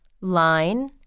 Line